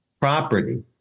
property